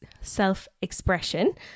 self-expression